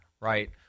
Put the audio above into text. right